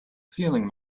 feeling